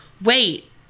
wait